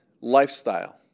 lifestyle